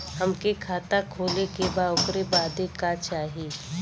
हमके खाता खोले के बा ओकरे बादे का चाही?